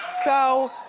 so.